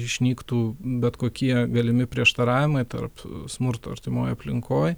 išnyktų bet kokie galimi prieštaravimai tarp smurto artimoj aplinkoj